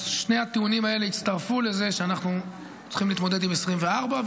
אז שני הטיעונים האלה הצטרפו לזה שאנחנו צריכים להתמודד עם 2024,